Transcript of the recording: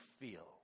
feel